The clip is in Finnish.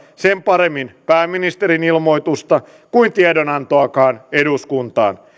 sen paremmin pääministerin ilmoitusta kuin tiedonantoakaan eduskuntaan